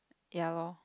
ya lor